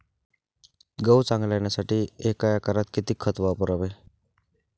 गहू चांगला येण्यासाठी एका एकरात किती खत वापरावे?